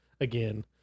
again